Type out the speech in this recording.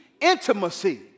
intimacy